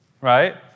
right